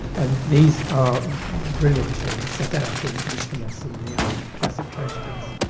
and these are brilliantly set out in aeschylus and the other classic tragedies.